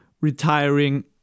retiring